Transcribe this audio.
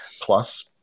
plus